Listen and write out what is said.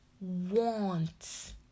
want